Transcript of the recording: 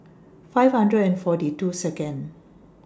five hundred and forty two Second